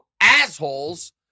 assholes